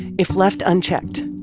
if left unchecked,